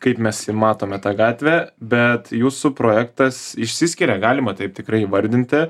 kaip mes matome tą gatvę bet jūsų projektas išsiskiria galima taip tikrai įvardinti